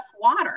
water